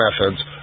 methods